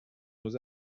nos